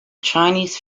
chinese